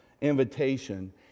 invitation